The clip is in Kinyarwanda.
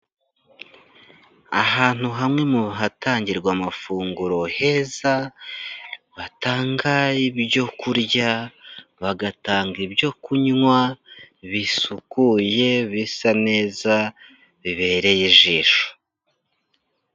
Ahantu hamwe mu hatangirwa amafunguro heza batanga ibyo kurya, bagatanga ibyo kunywa bisukuye bisa neza bibereye ijisho.